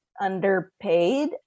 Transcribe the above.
underpaid